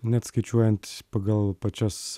net skaičiuojant pagal pačias